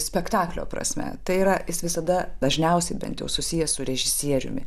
spektaklio prasme tai yra jis visada dažniausiai bent jau susijęs su režisieriumi